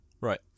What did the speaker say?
Right